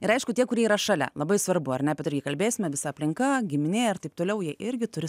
ir aišku tie kurie yra šalia labai svarbu ar ne apie tai irgi kalbėsime visa aplinka giminė ir taip toliau jie irgi turi